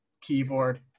keyboard